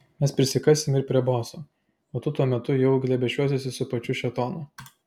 mes prisikasime ir prie boso o tu tuo metu jau glėbesčiuosiesi su pačiu šėtonu